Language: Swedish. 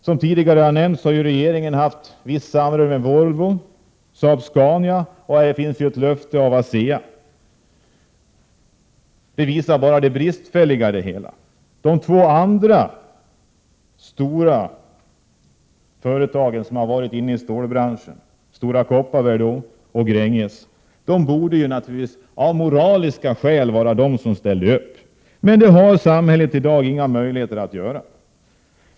Som tidigare har nämnts har regeringen haft visst samröre med Volvo och Saab-Scania, och man har fått ett löfte av ASEA. Detta visar bara det bristfälliga i det hela. De två andra stora företagen som har varit i stålbranschen, Stora Kopparberg och Grängesberg, borde av moraliska skäl vara de som ställer upp. Men samhället har i dag inga möjligheter i detta avseende.